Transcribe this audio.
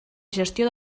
gestió